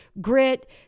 grit